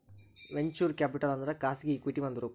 venture capital ಅಂದ್ರ ಖಾಸಗಿ equity ಒಂದ್ ರೂಪ